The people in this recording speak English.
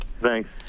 Thanks